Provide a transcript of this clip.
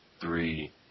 three